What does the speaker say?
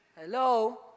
Hello